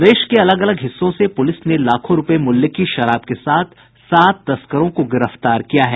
प्रदेश के अलग अलग हिस्सों से पूलिस ने लाखों रूपये मूल्य की शराब के साथ सात तस्करों को गिरफ्तार किया है